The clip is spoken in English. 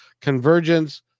convergence